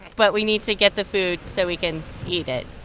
but we need to get the food so we can eat it.